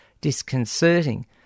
disconcerting